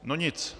No nic.